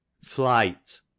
Flight